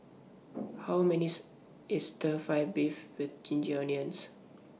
How much IS Stir Fry Beef with Ginger Onions